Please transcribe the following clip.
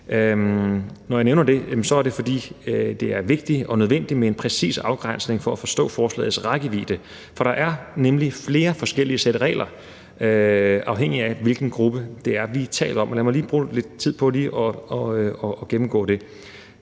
Når jeg nævner det, er det, fordi det er vigtigt og nødvendigt med en præcis afgrænsning for at forstå forslagets rækkevidde. For der er nemlig flere forskellige sæt regler, afhængigt af hvilken gruppe vi taler om. Lad mig lige bruge lidt tid på at gennemgå det.